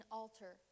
altar